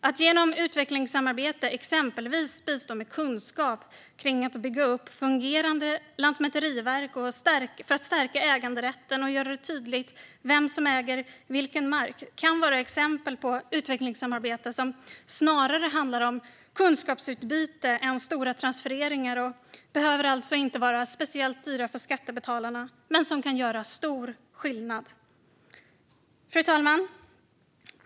Att genom utvecklingssamarbete exempelvis bistå med kunskap kring att bygga upp fungerande lantmäteriverk för att stärka äganderätten och göra det tydligt vem som äger vilken mark kan vara exempel på utvecklingssamarbete som snarare handlar om kunskapsutbyte än stora transfereringar och alltså inte behöver vara speciellt dyra för skattebetalarna men som kan göra stor skillnad. Fru talman!